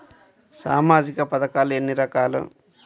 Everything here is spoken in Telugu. సామాజిక పథకాలు ఎన్ని రకాలు?